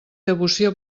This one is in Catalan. devoció